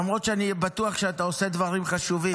למרות שאני בטוח שאתה עושה דברים חשובים.